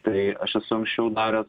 tai aš esu anksčiau daręs